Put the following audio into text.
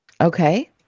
Okay